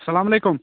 اَسلامُ علیکُم